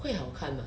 会好看吗